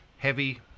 Heavy